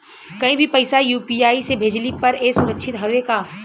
कहि भी पैसा यू.पी.आई से भेजली पर ए सुरक्षित हवे का?